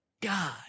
God